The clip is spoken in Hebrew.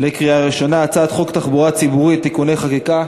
הצעת חוק תחבורה ציבורית (תיקוני חקיקה),